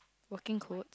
working clothes